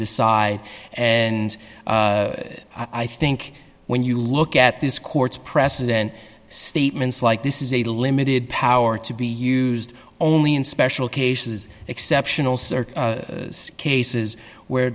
decide and i think when you look at this court's precedent statements like this is a limited power to be used only in special cases exceptional cases where